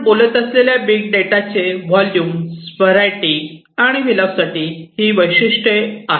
आपण बोलत असलेल्या बिग डेटाची व्हॉल्यूम्स व्हरायटी आणि व्हिलासिटी ही वैशिष्ट्ये आहेत